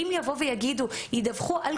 אם ידווחו על